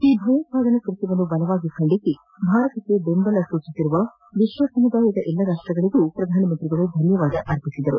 ಈ ಭಯೋತ್ಪಾದನಾ ಕೃತ್ತವನ್ನು ಬಲವಾಗಿ ಖಂಡಿಸಿ ಭಾರತಕ್ಕೆ ಬೆಂಬಲ ಸೂಚಿಸಿರುವ ವಿಶ್ವ ಸಮುದಾಯದ ಎಲ್ಲ ರಾಷ್ಟಗಳಿಗೂ ಪ್ರಧಾನಮಂತ್ರಿ ಧನ್ಯವಾದ ಅರ್ಪಿಸಿದರು